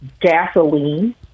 Gasoline